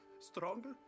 stronger